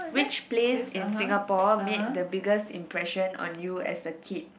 which place in Singapore made the biggest impression on you as a kid